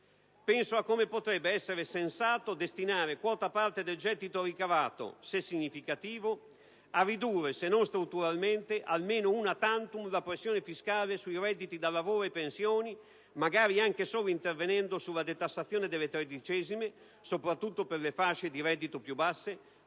Penso a come potrebbe essere sensato destinare quota parte del gettito ricavato, se significativo, a ridurre, se non strutturalmente, almeno *una tantum* la pressione fiscale su redditi da lavoro e pensioni, magari anche solo intervenendo sulla detassazione delle tredicesime, soprattutto per le fasce di reddito più basse,